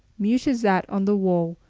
mute as that on the wall,